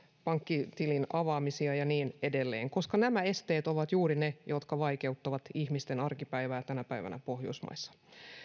pankkitilin avaamisia ja niin edelleen koska nämä esteet ovat juuri ne jotka vaikeuttavat ihmisten arkipäivää tänä päivänä pohjoismaissa